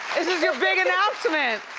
this is your big announcement.